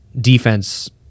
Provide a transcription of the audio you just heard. defense